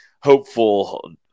Hopeful